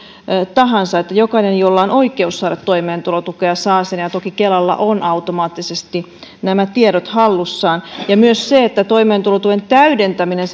tahansa että jokainen jolla on oikeus saada toimeentulotukea saa sen ja toki kelalla on automaattisesti nämä tiedot hallussaan ja myös se että toimeentulotuen täydentäminen